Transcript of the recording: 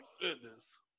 goodness